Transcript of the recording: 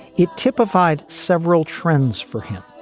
it typified several trends for him.